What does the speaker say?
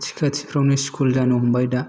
खाथि खाथिफ्रावनो स्कुल जानो हमबाय दा